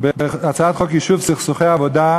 הצעת חוק יישוב סכסוכי עבודה,